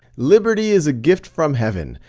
liberty is gift from heaven,